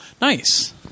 Nice